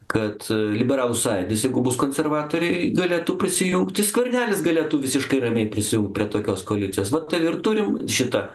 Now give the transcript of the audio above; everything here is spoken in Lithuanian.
kad liberalų sąjūdis jeigu bus konservatoriai galėtų prisijungti skvernelis galėtų visiškai ramiai prisijungt prie tokios koalicijos vat ir turim šitą